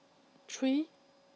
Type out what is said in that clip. three